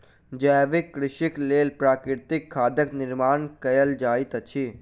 जैविक कृषिक लेल प्राकृतिक खादक निर्माण कयल जाइत अछि